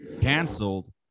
canceled